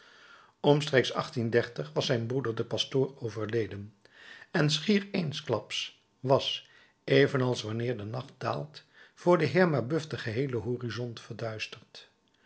omstreeks was zijn broeder de pastoor overleden en schier eensklaps was evenals wanneer de nacht daalt voor den heer mabeuf de geheele horizont verduisterd